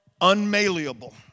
unmalleable